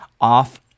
off